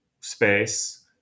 space